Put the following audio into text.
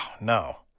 no